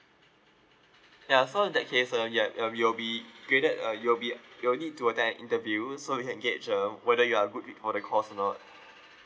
ya so in that case uh yeah uh you'll be graded uh you will be you'll need to attend an interview so we can gage uh whether you are a good fit for the course or not